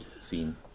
scene